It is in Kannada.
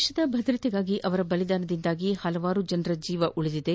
ದೇಶದ ಭದ್ರತೆಗಾಗಿ ಅವರ ಬಲಿದಾನದಿಂದಾಗಿ ಹಲವಾರು ಜನರ ಜೀವ ಉಳಿದಿದೆ